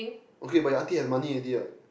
okay but your auntie has money already what